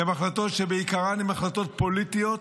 שבעיקרן הן החלטות פוליטיות,